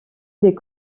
des